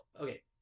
okay